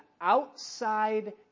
outside